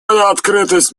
открытость